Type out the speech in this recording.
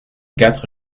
quatre